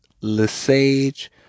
Lesage